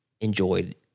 enjoyed